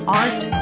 art